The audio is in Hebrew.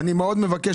מבקש